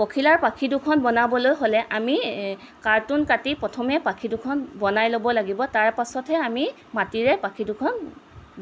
পখিলাৰ পাখি দুখন বনাবলৈ হ'লে আমি কাৰ্টন কাটি প্ৰথমে পাখি দুখন বনাই ল'ব লাগিব তাৰ পাছতহে আমি মাটিৰে পাখি দুখন